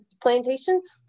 plantations